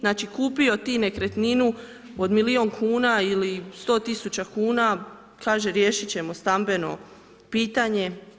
Znači kupio ti nekretninu od milijun kuna ili 100000 kuna, kaže riješiti ćemo stambeno pitanje.